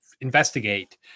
investigate